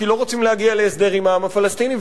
כי לא רוצים להגיע להסדר עם העם הפלסטיני,